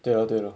对咯对咯